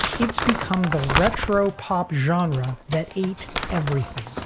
it's become the retro pop genre that ate everything.